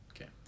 Okay